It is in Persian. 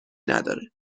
نداره